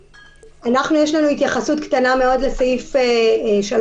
יש לנו התייחסות קטנה מאוד לסעיף 3א(ד),